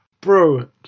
Bro